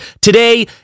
today